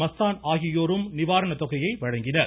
மஸ்தான் ஆகியோர் நிவாரணத்தொகையை வழங்கினர்